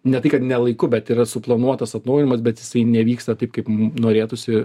ne tai kad ne laiku bet yra suplanuotas atnaujinimas bet jisai nevyksta taip kaip norėtųsi